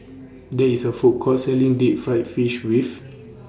There IS A Food Court Selling Deep Fried Fish with